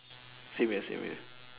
same here same here